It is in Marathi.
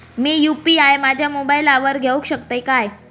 मी यू.पी.आय माझ्या मोबाईलावर घेवक शकतय काय?